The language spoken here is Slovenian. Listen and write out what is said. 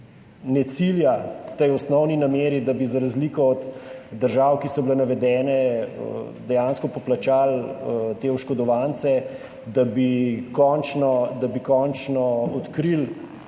ne cilja na to osnovno namero, da bi za razliko od držav, ki so bile navedene, dejansko poplačali te oškodovance, da bi končno odkrili